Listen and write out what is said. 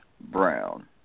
Brown